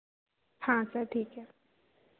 हाँ सर ठीक है